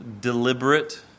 deliberate